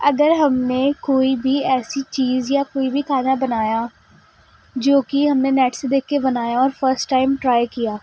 اگر ہم نے کوئی بھی ایسی چیز یا کوئی بھی کھانا بنایا جو کہ ہم نے نیٹ سے دیکھ کے بنایا اور فسٹ ٹائم ٹرائی کیا